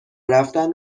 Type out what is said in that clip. رفتن